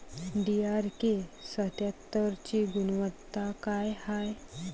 DRK सत्यात्तरची गुनवत्ता काय हाय?